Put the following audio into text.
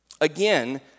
Again